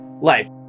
life